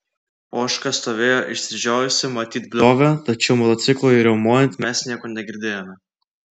ožka stovėjo išsižiojusi matyt bliovė tačiau motociklui riaumojant mes nieko negirdėjome